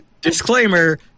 disclaimer